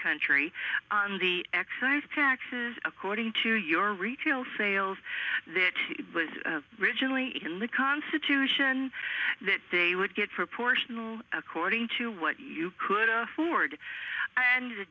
country and the excise taxes according to your retail sales they're too rigidly in the constitution that they would get proportional according to what you could afford and the